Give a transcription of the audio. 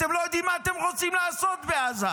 אתם לא יודעים מה אתם רוצים לעשות בעזה.